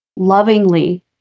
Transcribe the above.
lovingly